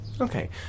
Okay